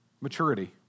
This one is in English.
Maturity